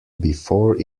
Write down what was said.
before